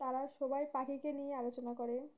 তারা সবাই পাখিকে নিয়ে আলোচনা করে